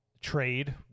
Trade